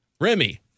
Remy